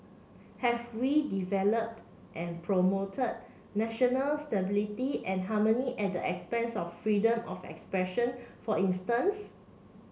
have we developed and promoted national stability and harmony at expense of freedom of expression for instance